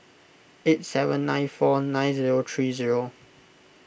eight seven nine four nine zero three zero